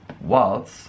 waltz